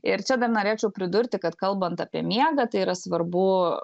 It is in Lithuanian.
ir čia dar norėčiau pridurti kad kalbant apie miegą tai yra svarbu